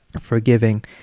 forgiving